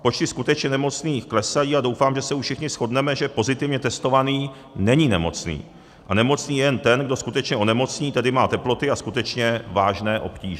Počty skutečně nemocných klesají a doufám, že se už všichni shodneme, že pozitivně testovaný není nemocný a nemocný je jen ten, kdo skutečně onemocní, tedy má teploty a skutečně vážné obtíže.